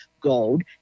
gold